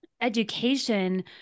education